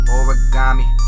Origami